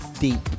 deep